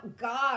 God